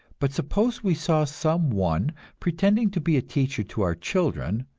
but suppose we saw some one pretending to be a teacher to our children,